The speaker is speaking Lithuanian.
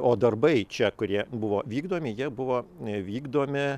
o darbai čia kurie buvo vykdomi jie buvo vykdomi